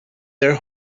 their